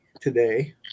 today